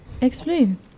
Explain